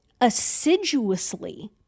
assiduously